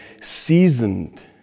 seasoned